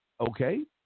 Okay